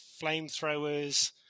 flamethrowers